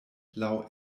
laŭ